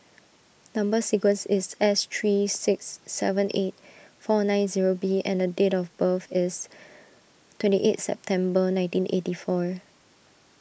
Number Sequence is S three six seven eight four nine zero B and date of birth is twenty eight September nineteen eighty four